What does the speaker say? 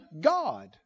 God